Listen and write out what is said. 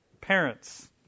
parents